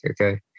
okay